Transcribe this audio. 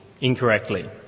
incorrectly